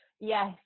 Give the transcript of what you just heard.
yes